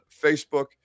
Facebook